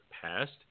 passed